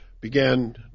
began